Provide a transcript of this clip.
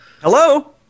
hello